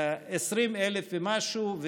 20,000 ומשהו.